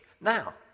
Now